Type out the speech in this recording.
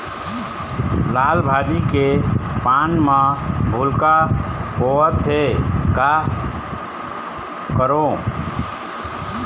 लाल भाजी के पान म भूलका होवथे, का करों?